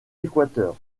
équateur